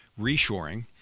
reshoring